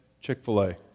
Chick-fil-A